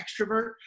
extrovert